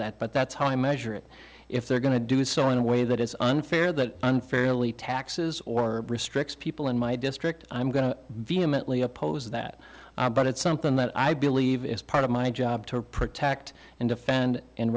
that but that's how i measure it if they're going to do so in a way that is unfair that unfairly taxes or restricts people in my district i'm going to vehemently oppose that but it's something that i believe is part of my job to protect and defend